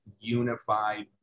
unified